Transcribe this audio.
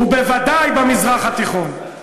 ובוודאי במזרח התיכון,